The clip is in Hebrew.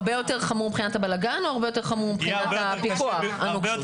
הרבה יותר חמור מבחינת הבלגן או הרבה יותר חמור מבחינת הפיקוח והנוקשות?